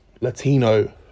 Latino